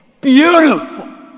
beautiful